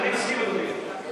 אני מסכים, אדוני.